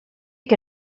que